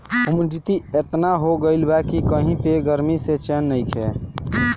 humidity एतना हो गइल बा कि कही पे गरमी से चैन नइखे